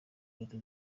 leta